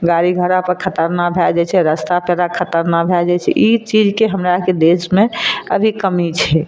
गाड़ी घोड़ा पर खतरनाक भए जाइ छै रस्ता पेरा खतरनाक भए जाइ छै ई चीजके हमरा आरके देशमे अभी कमी छै